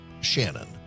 Shannon